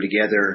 together